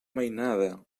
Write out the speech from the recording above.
mainada